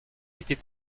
était